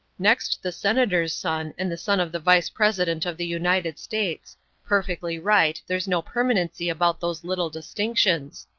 next the senator's son and the son of the vice-president of the united states perfectly right, there's no permanency about those little distinctions.